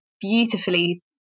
beautifully